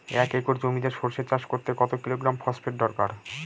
এক একর জমিতে সরষে চাষ করতে কত কিলোগ্রাম ফসফেট দরকার?